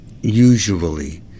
usually